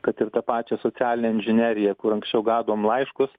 kad ir tą pačią socialinę inžineriją kur anksčiau gaudavom laiškus